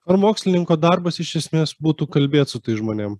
ar mokslininko darbas iš esmės būtų kalbėt su tais žmonėm